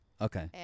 Okay